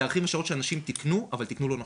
תאריכים ושעות שאנשים תיקנו אבל תיקנו לא נכון.